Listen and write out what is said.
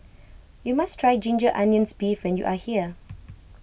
you must try Ginger Onions Beef when you are here